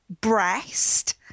breast